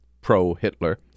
pro-Hitler